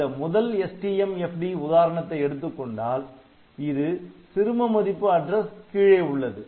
இந்த முதல் STMFD உதாரணத்தை எடுத்துக்கொண்டால் இது சிறும மதிப்பு அட்ரஸ் கீழே உள்ளது